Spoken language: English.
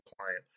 client